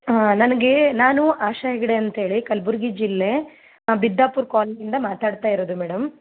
ಹಾಂ ನನಗೆ ನಾನು ಆಶಾ ಹೆಗ್ಡೆ ಅಂತ ಹೇಳಿ ಕಲಬುರ್ಗಿ ಜಿಲ್ಲೆ ಬಿದ್ದಾಪುರ ಕಾಲೊನಿ ಇಂದ ಮಾತಾಡ್ತಾ ಇರೋದು ಮೇಡಮ್